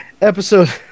episode